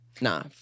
nah